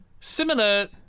similar